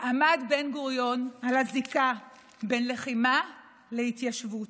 עמד בן-גוריון על הזיקה בין לחימה להתיישבות,